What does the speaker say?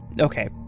Okay